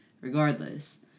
regardless